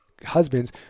husbands